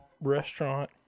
restaurant